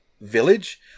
Village